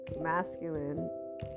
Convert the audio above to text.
masculine